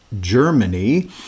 Germany